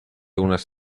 unas